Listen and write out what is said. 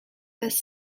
this